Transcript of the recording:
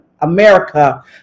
America